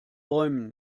bäumen